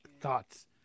thoughts